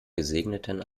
gesegneten